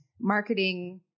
marketing